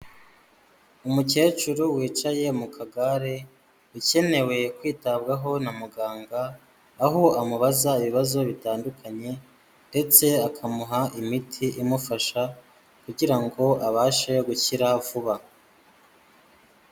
Umukecuru wicaye mu kagare, ukenewe kwitabwaho na muganga, aho amubaza ibibazo bitandukanye ndetse akamuha imiti imufasha kugira ngo abashe gukira vuba.